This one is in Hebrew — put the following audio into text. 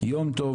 יום טוב,